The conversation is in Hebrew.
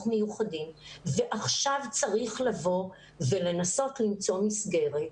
מיוחדים ועכשיו צריך לבוא ולנסות למצוא מסגרת,